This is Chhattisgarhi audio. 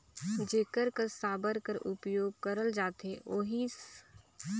जेकर कस साबर कर उपियोग करल जाथे ओही कस सबली उपियोग करथे